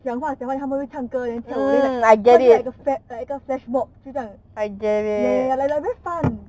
讲话讲到这样多 then 唱歌 then 跳舞 then like holding like the fa~ 一个 flash box 就像 like like like damn fun